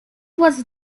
was